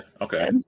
okay